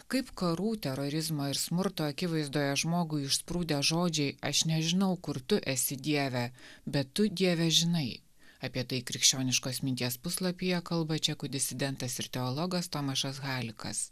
kaip karų terorizmo ir smurto akivaizdoje žmogui išsprūdę žodžiai aš nežinau kur tu esi dieve bet tu dieve žinai apie tai krikščioniškos minties puslapyje kalba čekų disidentas ir teologas tomašas halikas